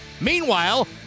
meanwhile